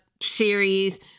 Series